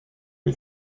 les